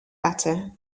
better